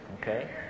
okay